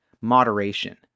moderation